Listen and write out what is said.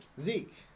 Zeke